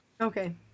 Okay